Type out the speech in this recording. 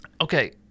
Okay